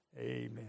Amen